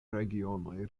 regionoj